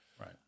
right